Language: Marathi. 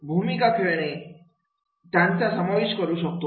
भूमिका खेळणे त्याचा समावेश करू शकतो